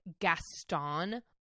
Gaston